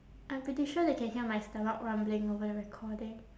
I'm pretty sure they can hear my stomach rumbling over the recording